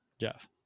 Jeff